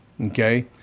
Okay